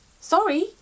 Sorry